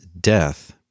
death